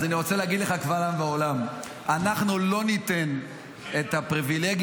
אני רוצה להגיד לך קבל עם ועולם: אנחנו לא ניתן את הפריבילגיה